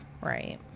Right